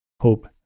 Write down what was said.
Hope